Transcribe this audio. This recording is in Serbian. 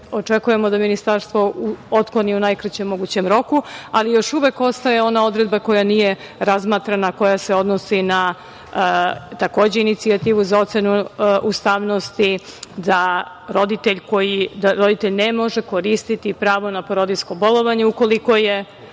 očekujemo da ministarstvo otkloni u najkraćem mogućem roku. Još uvek ostaje ona odredba koja nije razmatrana, koja se odnosi na takođe inicijativu za ocenu ustavnosti da roditelj ne može koristiti pravo na porodiljsko bolovanje, ukoliko je